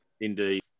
Indeed